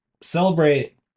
Celebrate